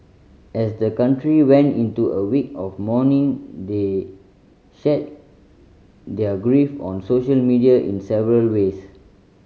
as the country went into a week of mourning they shared their grief on social media in several ways